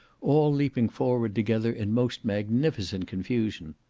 all leaping forward together in most magnificent confusion.